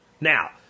Now